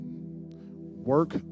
work